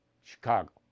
Chicago